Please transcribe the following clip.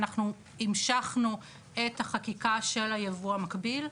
אנחנו המשכנו את החקיקה של היבוא המקביל.